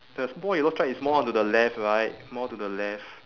the small yellow stripe is more onto the left right more to the left